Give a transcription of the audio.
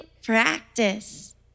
Practice